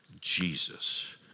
Jesus